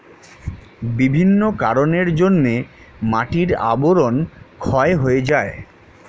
বিভিন্ন কারণের জন্যে মাটির আবরণ ক্ষয় হয়ে যায়